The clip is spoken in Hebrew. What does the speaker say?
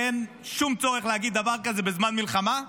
ואין שום צורך להגיד דבר כזה בזמן מלחמה,